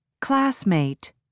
classmate